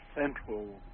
central